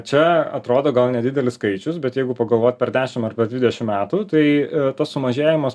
čia atrodo gal nedidelis skaičius bet jeigu pagalvot per dešim ar per dvidešim metų tai tas sumažėjimas